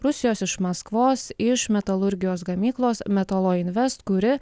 rusijos iš maskvos iš metalurgijos gamyklos metalo invest kuri